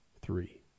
three